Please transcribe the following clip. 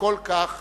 שכל כך